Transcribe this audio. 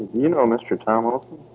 you know mr tom um